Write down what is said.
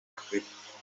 afurika